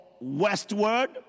westward